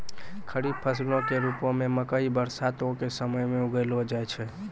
खरीफ फसलो के रुपो मे मकइ बरसातो के समय मे उगैलो जाय छै